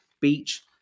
Beach